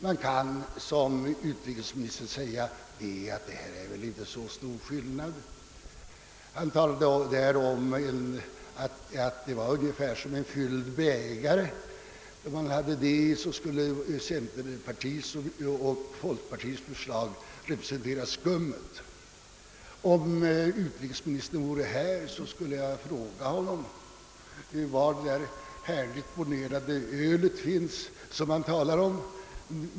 Man kan, som utrikesministern gör, säga att skillnaden mellan oss inte är så stor — han talade om en fylld bägare, där centerpartiets och folkpartiets förslag skulle representera skummet. Om utrikesministern vore här skulle jag fråga honom var detta härligt bornerande öl finns.